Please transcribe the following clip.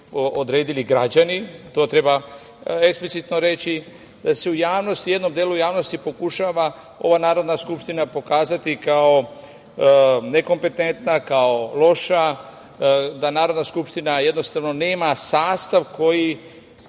odredili građani, to treba eksplicitno reći da se u jednom delu javnosti pokušava ova Narodna skupština pokazati kao nekompetentna, kao loša, da Narodna skupština nema sastav koji